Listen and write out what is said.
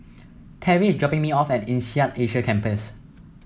Terri is dropping me off at INSEAD Asia Campus